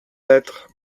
lettres